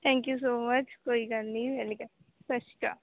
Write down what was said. thank you so much ਕੋਈ ਗੱਲ ਨਹੀਂ ਏਨੀ ਟਾਈਮ ਸਤਿ ਸ਼੍ਰੀ ਅਕਾਲ